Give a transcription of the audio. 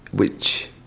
which